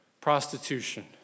prostitution